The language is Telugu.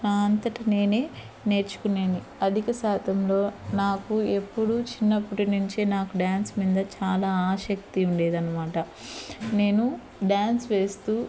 నా అంతట నేనే నేర్చుకున్నేను అధిక శాతంలో నాకు ఎప్పుడూ చిన్నప్పటి నుంచే నాకు డ్యాన్స్ మీద చాలా ఆసక్తి ఉండేది అన్నమాట నేను డ్యాన్స్ వేస్తూ